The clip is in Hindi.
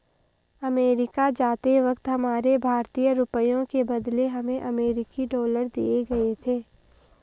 अमेरिका जाते वक्त हमारे भारतीय रुपयों के बदले हमें अमरीकी डॉलर दिए गए थे